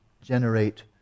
generate